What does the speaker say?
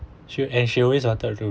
she and she always wanted to do